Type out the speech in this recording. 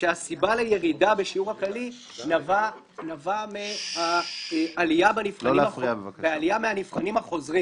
שהסיבה לירידה בשיעור הכללי נבעה מהעלייה מהנבחנים החוזרים